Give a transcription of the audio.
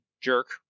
jerk